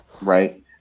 Right